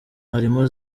harimo